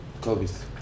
Kobe's